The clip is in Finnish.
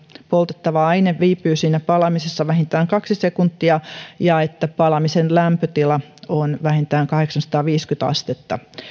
poltettava aine viipyy siinä palamisessa vähintään kaksi sekuntia ja että palamisen lämpötila on vähintään kahdeksansataaviisikymmentä astetta